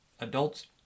Adults